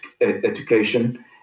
education